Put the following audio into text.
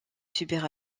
subir